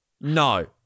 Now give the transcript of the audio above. no